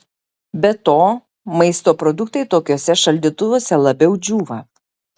be to maisto produktai tokiuose šaldytuvuose labiau džiūva